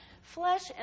Flesh